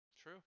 True